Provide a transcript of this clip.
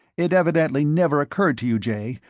it evidently never occurred to you, jay,